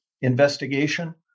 investigation